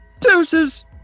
Deuces